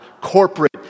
corporate